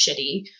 shitty